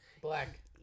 Black